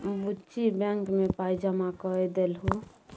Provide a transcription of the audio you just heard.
बुच्ची बैंक मे पाय जमा कए देलहुँ